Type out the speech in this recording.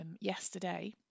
yesterday